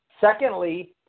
secondly